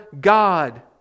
God